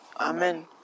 Amen